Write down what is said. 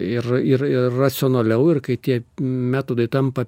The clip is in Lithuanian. ir ir ir racionaliau ir kai tie metodai tampa